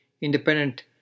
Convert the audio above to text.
independent